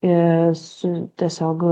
ir su tiesiog